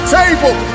table